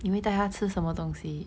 你会带她吃什么东西